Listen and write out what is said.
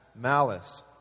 malice